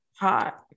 Hot